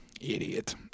Idiot